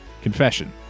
confession